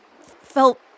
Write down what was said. felt